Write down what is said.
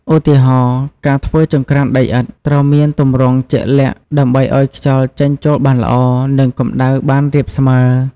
ឧទាហរណ៍ ការធ្វើចង្ក្រានដីឥដ្ឋ ត្រូវមានទម្រង់ជាក់លាក់ដើម្បីឲ្យខ្យល់ចេញចូលបានល្អ និងកម្ដៅបានរាបស្មើ។